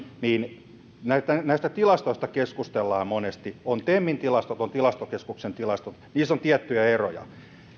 niin näistä tilastoista keskustellaan monesti on temin tilastot on tilastokeskuksen tilastot niissä on tiettyjä eroja